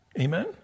Amen